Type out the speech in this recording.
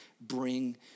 bring